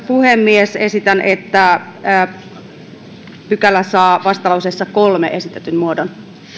puhemies esitän että pykälä saa vastalauseessa kolmen esitetyn muodon